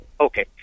okay